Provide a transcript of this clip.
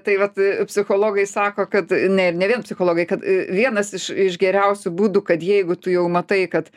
tai vat psichologai sako kad ne ne vien psichologai kad vienas iš iš geriausių būdų kad jeigu tu jau matai kad